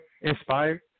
inspired